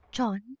John